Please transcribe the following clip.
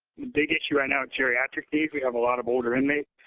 they get you and out geriatric needs. we have a lot of older inmates.